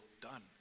done